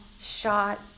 shot